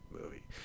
movie